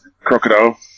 crocodile